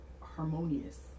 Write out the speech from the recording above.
harmonious